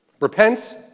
Repent